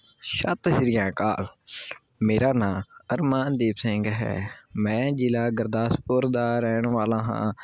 ਸਤਿ ਸ਼੍ਰੀ ਅਕਾਲ ਮੇਰਾ ਨਾਂ ਅਰਮਾਨਦੀਪ ਸਿੰਘ ਹੈ ਮੈਂ ਜ਼ਿਲ੍ਹਾ ਗੁਰਦਾਸਪੁਰ ਦਾ ਰਹਿਣ ਵਾਲਾ ਹਾਂ